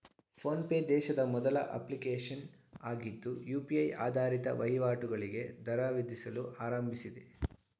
phone pay ದೇಶದ ಮೊದಲ application ಆಗಿದ್ದು ಯು.ಪಿ.ಐ ಆಧಾರಿತ ವಹಿವಾಟುಗಳಿಗೆ ದರ ವಿಧಿಸಲು ಆರಂಭಿಸಿದೆ